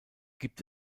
gibt